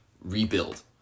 rebuild